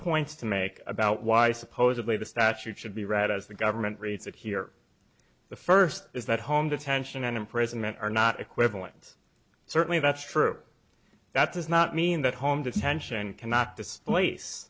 points to make about why supposedly the statute should be read as the government reads it here the first is that home detention and imprisonment are not equivalent certainly that's true that does not mean that home detention cannot displa